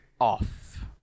off